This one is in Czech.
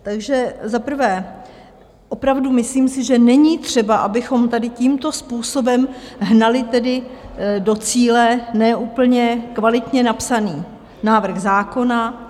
Takže za prvé, opravdu myslím si, že není třeba, abychom tady tímto způsobem hnali tedy do cíle ne úplně kvalitně napsaný návrh zákona.